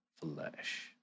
flesh